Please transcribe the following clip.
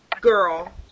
girl